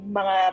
mga